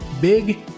Big